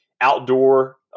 outdoor